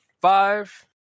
five